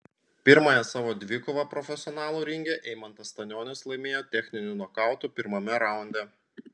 pirmąją savo dvikovą profesionalų ringe eimantas stanionis laimėjo techniniu nokautu pirmame raunde